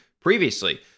previously